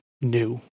new